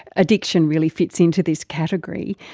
addiction really fits into this category.